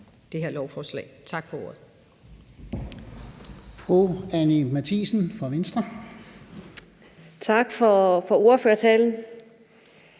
de er voksne. Tak for ordet.